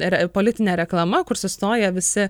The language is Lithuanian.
ir politinė reklama kur sustoja visi